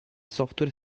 software